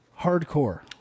Hardcore